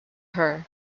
her